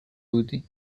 بودی